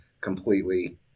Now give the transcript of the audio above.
completely